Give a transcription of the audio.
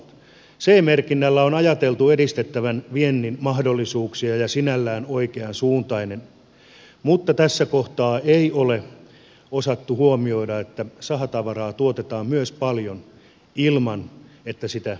ce merkinnällä on ajateltu edistettävän viennin mahdollisuuksia ja se on sinällään oikeansuuntainen mutta tässä kohtaa ei ole osattu huomioida että sahatavaraa tuotetaan myös paljon ilman että sitä myydään